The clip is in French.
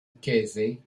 casey